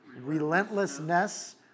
Relentlessness